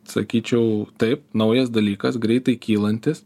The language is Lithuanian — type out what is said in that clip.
sakyčiau taip naujas dalykas greitai kylantis